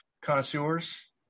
connoisseurs